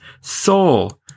Soul